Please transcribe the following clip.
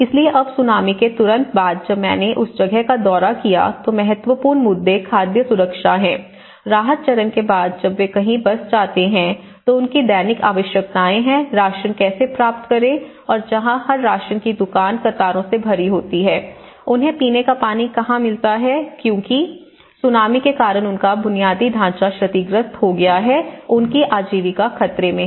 इसलिए अब सुनामी के तुरंत बाद जब मैंने उस जगह का दौरा किया तो महत्वपूर्ण मुद्दे खाद्य सुरक्षा हैं राहत चरण के बाद जब वे कहीं बस जाते हैं तो उनकी दैनिक आवश्यकताएं हैं राशन कैसे प्राप्त करें जहाँ हर राशन की दुकान कतारों से भरी होती है उन्हें पीने का पानी कहाँ मिलता है क्योंकि सुनामी के कारण उनका बुनियादी ढांचा क्षतिग्रस्त हो गया है उनकी आजीविका खतरे में है